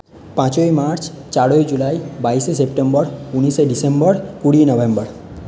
পাঁচই মার্চ চারই জুলাই বাইশে সেপ্টেম্বর উনিশে ডিসেম্বর কুড়ি নভেম্বর